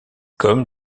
comme